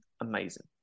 amazing